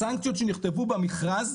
הסנקציות שנכתבו במכרז,